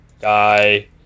guy